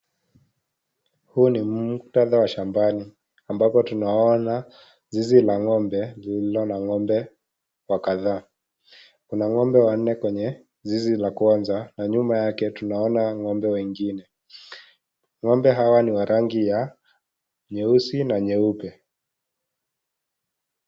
Huu ni muktadha wa shambani ambapo tunaoana zizi la ng'ombe lililo na ng'ombe wa kadhaa. Kuna ng'ombe wanne kwenye zizi la kwanza na nyuma yake tunaoana ng'ombe wengine. Ng'ombe hawa ni wa rangi ya nyeusi na nyeupe.